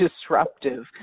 disruptive